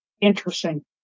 interesting